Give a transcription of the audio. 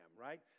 right